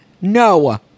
No